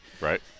Right